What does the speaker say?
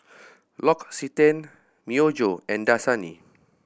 L'Occitane Myojo and Dasani